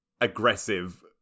aggressive